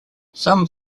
some